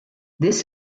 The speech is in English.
this